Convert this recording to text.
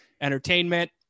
entertainment